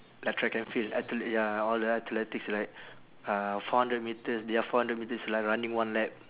like track and field athl~ ya all the athletics right uh four hundred metres their four hundred metres is like running one lap